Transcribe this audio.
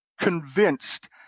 convinced